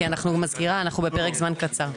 כי אני מזכירה שאנחנו בפרק זמן קצר.